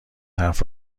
حرف